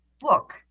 book